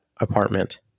apartment